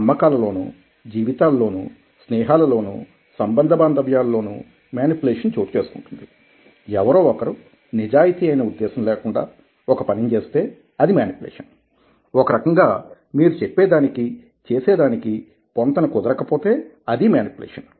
అమ్మకాలలోనూ జీవితాల్లోనూ స్నేహాలలోను సంబంధ బాంధవ్యాల లోనూ మేనిప్యులేషన్ చోటు చేసుకుంటుంది ఎవరో ఒకరు నిజాయితీ అయిన ఉద్దేశ్యం లేకుండా ఒక పనిని చేస్తే అది మేనిప్యులేషన్ ఒకరకంగా మీరు చెప్పే దానికి చేసేదానికి పొంతన కుదరకపోతే అదీ మేనిప్యులేషన్